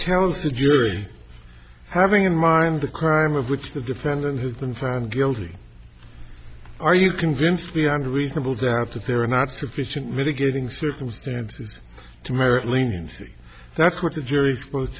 you're having in mind the crime of which the defendant has been found guilty are you convinced beyond a reasonable doubt that there are not sufficient mitigating circumstances to merit leniency that's what the jury supposed